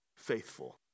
faithful